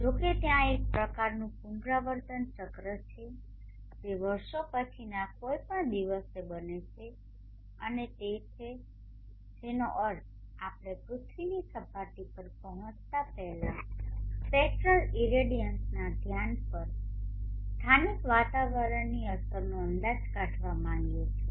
જો કે ત્યાં એક પ્રકારનું પુનરાવર્તન ચક્ર છે જે વર્ષો પછીના કોઈ પણ દિવસે બને છે અને તે તે છે જેનો અર્થ આપણે પૃથ્વીની સપાટી પર પહોંચતા પહેલા સ્પેક્ટ્રલ ઇરેડિયેશનના ધ્યાન પર સ્થાનિક વાતાવરણની અસરનો અંદાજ કાઢવા માગીએ છીએ